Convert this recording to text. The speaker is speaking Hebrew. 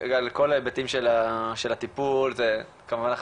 על כל ההיבטים של הטיפול זה כמובן אחת